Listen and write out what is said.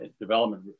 development